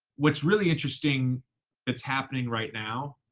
what's really interesting that's happening right now.